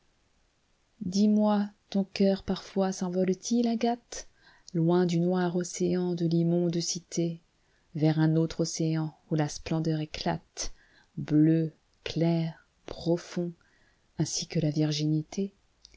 dis-moi ton cœur parfois s envole t il agathe loin du noir océan de l'immonde cité vers un autre océan où la splendeur éclate bleu clair profond ainsi que la virginité